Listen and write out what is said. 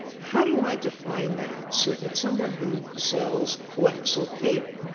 how do i define that so that someone who sells coaxial cable